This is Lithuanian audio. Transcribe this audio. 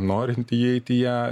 norint įeiti į ją